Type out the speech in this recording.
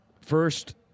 first